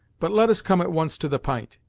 but let us come at once to the p'int,